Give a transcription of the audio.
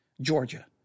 Georgia